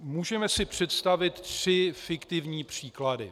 Můžeme si představit tři fiktivní příklady.